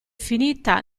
finita